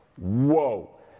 whoa